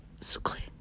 secret